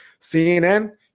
CNN